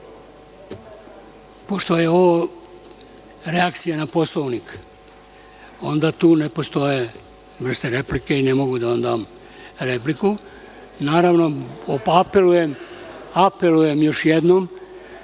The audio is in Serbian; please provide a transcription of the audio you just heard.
Dobro. Pošto je ovo reakcija na Poslovnik, onda tu ne postoje replike i ne mogu da vam dam repliku. Naravno, apelujem još jednom